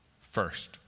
first